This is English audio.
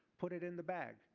put it in the bag.